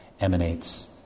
emanates